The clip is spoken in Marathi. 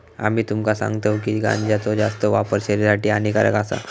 आम्ही तुमका सांगतव की गांजाचो जास्त वापर शरीरासाठी हानिकारक आसा